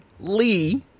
Lee